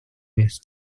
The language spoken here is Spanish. mes